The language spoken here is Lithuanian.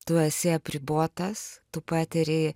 tu esi apribotas tu patiri